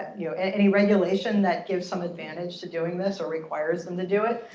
you know any regulation that gives some advantage to doing this or requires them to do it,